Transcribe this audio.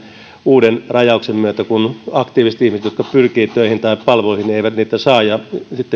uuden rajauksen myötä kun aktiiviset ihmiset jotka pyrkivät töihin tai palveluihin eivät niitä saa ja sitten